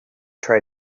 try